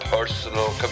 personal